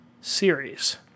series